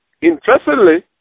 interestingly